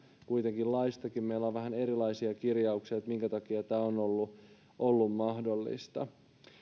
kuitenkin laistakin meillä on vähän erilaisia kirjauksia minkä takia tämä on ollut ollut mahdollista